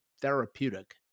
therapeutic